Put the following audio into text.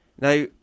now